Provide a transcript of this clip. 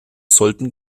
sollten